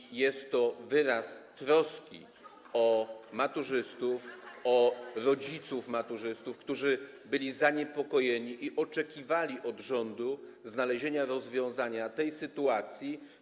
I jest to wyraz troski o maturzystów, o rodziców maturzystów, którzy byli zaniepokojeni i oczekiwali od rządu znalezienia wyjścia z tej sytuacji.